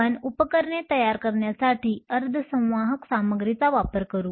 आपण उपकरणे तयार करण्यासाठी अर्धसंवाहक सामग्रीचा वापर करू